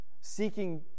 seeking